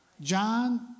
John